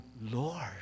Lord